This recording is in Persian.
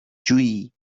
جویی